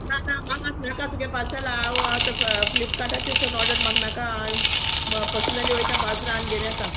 ना ना म्हाक आतां नाका तुगे पार्सेल हांव आतां फ्लिपकार्टाचेर सोन ऑर्डर म्हाका नाका हांव पर्सनली वोयता बाजरां आनी घेन येतां